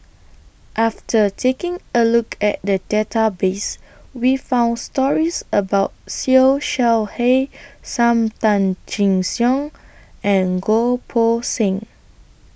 after taking A Look At The Database We found stories about Siew Shaw He SAM Tan Chin Siong and Goh Poh Seng